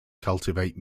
cultivate